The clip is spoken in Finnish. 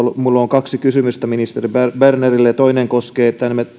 minulla on kaksi kysymystä ministeri bernerille toinen koskee